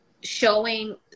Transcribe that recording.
showing